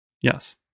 Yes